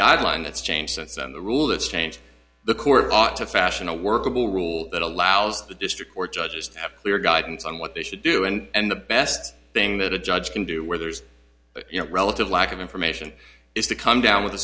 guideline that's changed since then the rule that's changed the court ought to fashion a workable rule that allows the district court judges to have clear guidance on what they should do and the best thing that a judge can do where there's you know relative lack of information is to come down with a